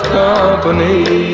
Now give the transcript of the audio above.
company